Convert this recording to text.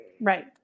Right